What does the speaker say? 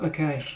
Okay